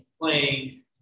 playing